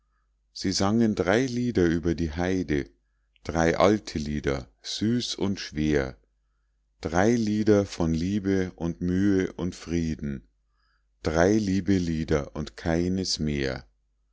sie sangen drei lieder über die heide drei alte lieder süß und schwer drei lieder von liebe und mühe und frieden drei liebe lieder und keines mehr